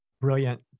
Brilliant